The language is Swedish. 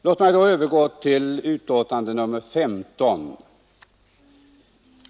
Låt mig sedan övergå till betänkande nr 15.